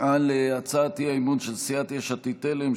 על הצעת האי-אמון של סיעת יש עתיד-תל"ם,